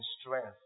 strength